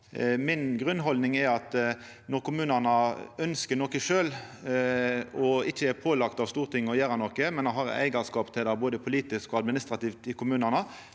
Mi grunnhaldning er at når kommunane ønskjer noko sjølve og ikkje er pålagde av Stortinget å gjera noko, men at dei har eigarskap til det, både politisk og administrativt i kommunane,